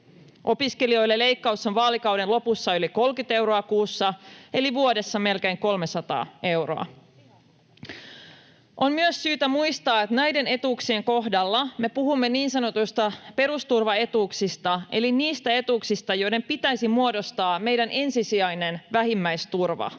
Opiskelijoille leikkaus on vaalikauden lopussa yli 30 euroa kuussa eli vuodessa melkein 300 euroa. [Aino-Kaisa Pekonen: Ihan hirveetä!] On myös syytä muistaa, että näiden etuuksien kohdalla me puhumme niin sanotuista perusturvaetuuksista eli niistä etuuksista, joiden pitäisi muodostaa meidän ensisijainen vähimmäisturva.